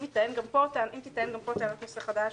ההסתייגות הזאת היא נושא חדש.